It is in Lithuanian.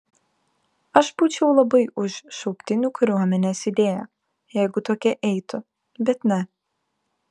aš būčiau labai už šauktinių kariuomenės idėją jeigu tokie eitų bet ne